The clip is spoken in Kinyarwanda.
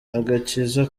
agakiza